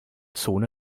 zone